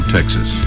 Texas